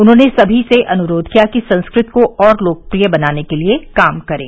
उन्होंने सभी से अनुरोध किया कि संस्कृत को और लोकप्रिय बनाने के लिए काम करें